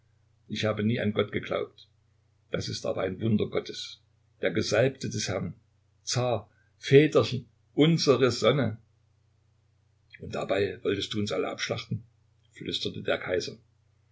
ich habe nie an gott geglaubt das ist aber ein wunder gottes der gesalbte des herrn zar väterchen unsere sonne und dabei wolltest du uns alle abschlachten flüsterte der kaiser